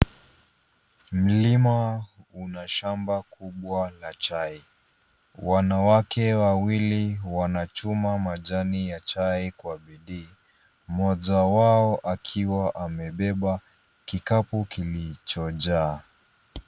Mlima una shamba kubwa la chai. Wanawake wawili wanachuma majani ya chai kwa bidii mmoja wao akiwa amebeba kilichojaa.